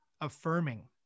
affirming